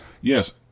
Yes